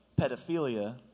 pedophilia